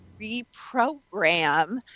reprogram